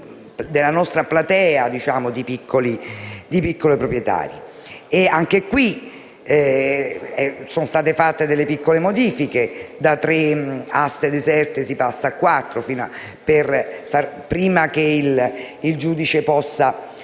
della nostra platea di piccoli proprietari. Anche a questo riguardo sono state fatte delle piccole modifiche: da tre aste deserte si passa a quattro prima che il giudice possa